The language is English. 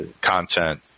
content